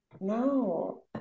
no